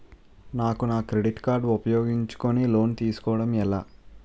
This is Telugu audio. నాకు నా క్రెడిట్ కార్డ్ ఉపయోగించుకుని లోన్ తిస్కోడం ఎలా?